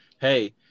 Hey